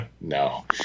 no